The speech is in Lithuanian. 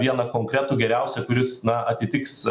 vieną konkretų geriausią kuris na atitiks